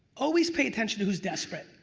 always pay attention to who's desperate,